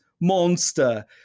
monster